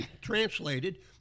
translated